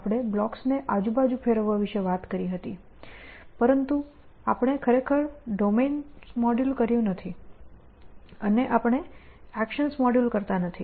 આપણે બ્લોક્સને આજુબાજુ ફેરવવા વિશે વાત કરી હતી પરંતુ આપણે ખરેખર ડોમેન્સ મોડ્યુલ કર્યું નથી અને આપણે એકશન્સ મોડ્યુલ કરતા નથી